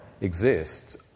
exists